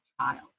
Child